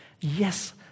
yes